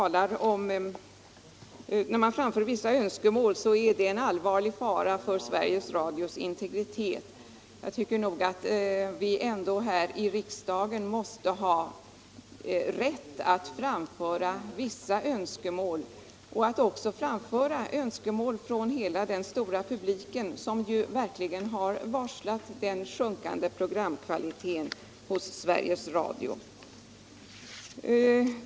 När man framför vissa önskemål skulle det alltså vara en fara för Sveriges Radios integritet. Jag tycker nog ändå att vi här i riksdagen måste ha rätt att framföra vissa önskemål och att också framföra önskemål från hela den stora publiken som verkligen har iakttagit den sjunkande programkvaliteten hos Sveriges Radio.